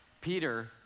Peter